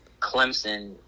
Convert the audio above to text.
Clemson